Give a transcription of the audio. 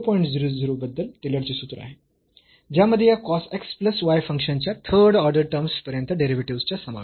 00 बद्दल टेलरचे सूत्र आहे ज्यामध्ये या cos x प्लस y फंक्शनच्या थर्ड ऑर्डर टर्म्स पर्यंत डेरिव्हेटिव्हस् चा समावेश आहे